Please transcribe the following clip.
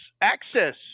access